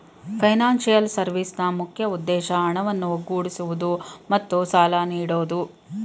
financial ಸರ್ವಿಸ್ನ ಮುಖ್ಯ ಉದ್ದೇಶ ಹಣವನ್ನು ಒಗ್ಗೂಡಿಸುವುದು ಮತ್ತು ಸಾಲ ನೀಡೋದು